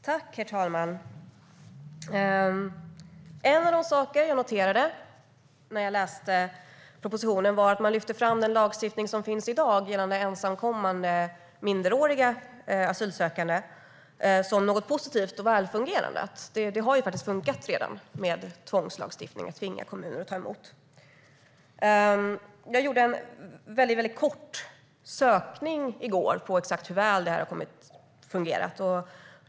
Herr talman! En av de saker jag noterade när jag läste propositionen var att man lyfte fram den lagstiftning som finns i dag gällande ensamkommande minderåriga asylsökande som någonting positivt och välfungerande - det har faktiskt redan funkat med tvångslagstiftning och att tvinga kommuner att ta emot. Jag gjorde en väldigt snabb sökning i går för att se exakt hur väl det har fungerat.